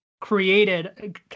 created